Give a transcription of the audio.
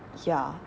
ya